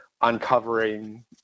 uncovering